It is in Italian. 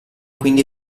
quindi